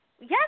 Yes